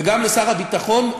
וגם שר הביטחון,